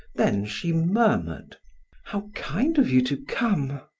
then she murmured how kind of you to come!